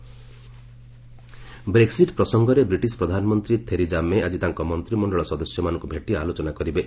Brexit alternative Brexit ପ୍ରସଙ୍ଗରେ British ପ୍ରଧାନମନ୍ତ୍ରୀ Theresa May' ଆଜି ତାଙ୍କ ମନ୍ତିମଣ୍ଡଳ ସଦସ୍ୟମାନଙ୍କୁ ଭେଟି ଆଲୋଚନା କରିବେ